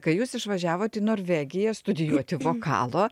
kai jūs išvažiavot į norvegiją studijuoti vokalo